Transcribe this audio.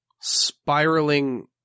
spiraling